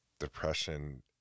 Depression